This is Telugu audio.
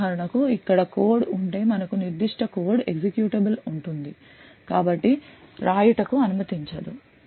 ఉదాహరణకు ఇక్కడ కోడ్ ఉంటే మనకు నిర్దిష్ట కోడ్ ఎగ్జిక్యూటబుల్ ఉంటుంది కాని రాయుటకు అనుమతించదు